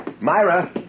Myra